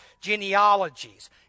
Genealogies